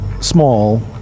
small